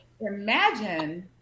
imagine